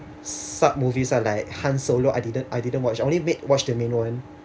sub movies ah like han solo I didn't I didn't watch only main watch the main one